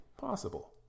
possible